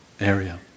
area